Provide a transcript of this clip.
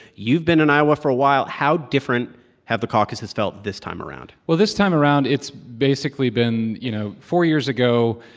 you've been in iowa for a while. how different have the caucuses felt this time around? well, this time around, it's basically been you know, four years ago,